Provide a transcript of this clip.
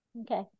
Okay